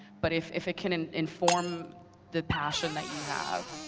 but if if it can inform the passion that you have,